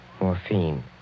Morphine